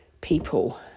people